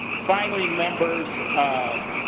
finally members